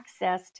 accessed